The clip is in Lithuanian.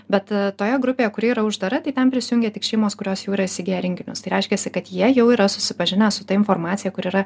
bet toje grupėje kuri yra uždara tai ten prisijungia tik šeimos kurios jau yra įsigiję rinkinius tai reiškiasi kad jie jau yra susipažinę su ta informacija kuri yra